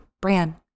Bran